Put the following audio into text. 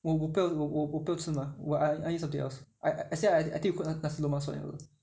我我不要我我不要吃 I I said I think you cook nasi lemak 算了